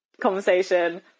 conversation